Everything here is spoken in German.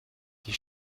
die